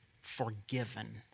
forgiven